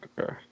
Okay